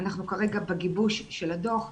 אנחנו כרגע בגיבוש של הדוח.